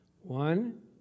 One